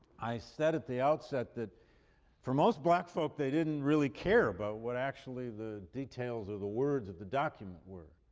i said at the outset that for most black folk they didn't really care about what actually the details or the words of the document were.